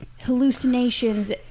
hallucinations